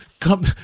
Come